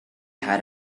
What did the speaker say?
had